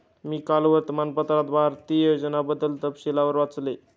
मी काल वर्तमानपत्रात भारतीय योजनांबद्दल तपशीलवार वाचले